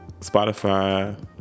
Spotify